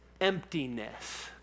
emptiness